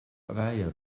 weyer